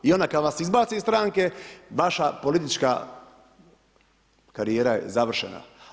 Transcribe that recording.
I onda kada vas izbace iz stranke vaša politička karijera je završena.